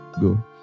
go